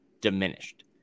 diminished